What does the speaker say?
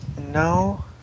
No